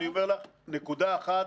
נקודה אחת